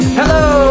hello